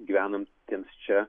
gyvenantiems čia